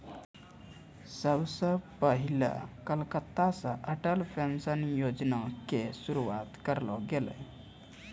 सभ से पहिले कलकत्ता से अटल पेंशन योजना के शुरुआत करलो गेलै